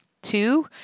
Two